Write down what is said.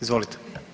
Izvolite.